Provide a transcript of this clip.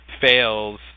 Fails